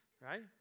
Right